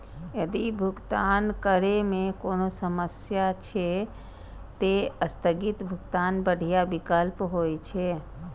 यदि भुगतान करै मे कोनो समस्या छै, ते स्थगित भुगतान बढ़िया विकल्प होइ छै